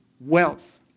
wealth